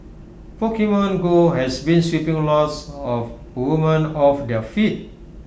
Pokemon go has been sweeping lots of woman off their feet